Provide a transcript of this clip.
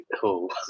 cool